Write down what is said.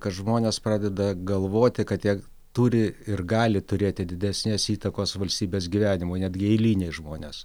kad žmonės pradeda galvoti kad jie turi ir gali turėti didesnės įtakos valstybės gyvenimui netgi eiliniai žmonės